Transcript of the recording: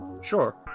sure